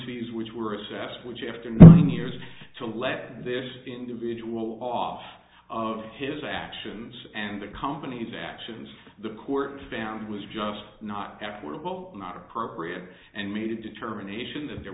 fees which were assessed which after nine years to let this individual off of his actions and the company's actions the court found was just not applicable not appropriate and made a determination that there